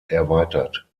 erweitert